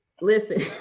listen